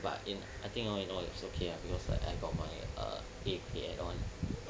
but in I think all in all it was okay lah because I got like my A grade and all